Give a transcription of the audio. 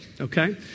Okay